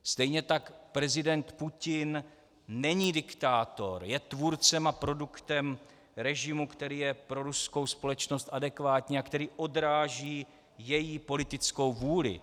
Stejně tak prezident Putin není diktátor, je tvůrcem a produktem režimu, který je pro ruskou společnost adekvátní a který odráží její politickou vůli.